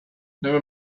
never